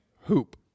hoop